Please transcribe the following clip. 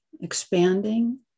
expanding